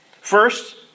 First